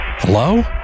Hello